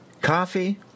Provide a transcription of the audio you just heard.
Coffee